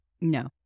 No